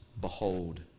Behold